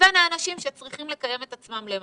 לבין האנשים שצריכים לקיים את עצמם למטה.